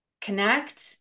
connect